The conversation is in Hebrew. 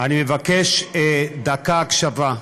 אני מבקש דקה הקשבה,